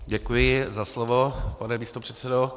Děkuji za slovo, pane místopředsedo.